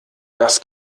das